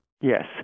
Yes